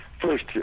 first